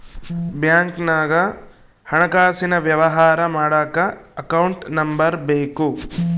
ಬ್ಯಾಂಕ್ನಾಗ ಹಣಕಾಸಿನ ವ್ಯವಹಾರ ಮಾಡಕ ಅಕೌಂಟ್ ನಂಬರ್ ಬೇಕು